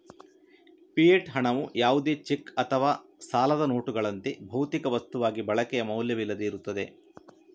fiat ಹಣವು ಯಾವುದೇ cheque ಅಥವಾ ಸಾಲದ ನೋಟುಗಳಂತೆ, ಭೌತಿಕ ವಸ್ತುವಾಗಿ ಬಳಕೆಯ ಮೌಲ್ಯವಿಲ್ಲದೆ ಇರುತ್ತದೆ